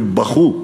שבכו,